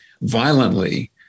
violently